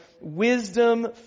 wisdom